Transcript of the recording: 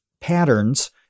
patterns